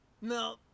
No